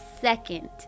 second